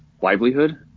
livelihood